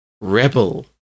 rebel